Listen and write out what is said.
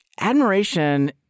admiration